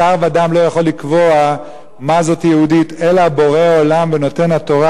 בשר ודם לא יכול לקבוע מה זו זהות יהודית אלא בורא עולם ונותן התורה.